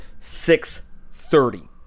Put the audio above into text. .630